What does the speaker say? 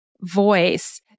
voice